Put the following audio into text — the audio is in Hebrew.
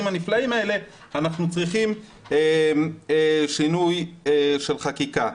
הנפלאים האלה אנחנו צריכים שינוי של חקיקה.